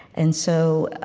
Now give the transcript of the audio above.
and so,